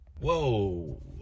Whoa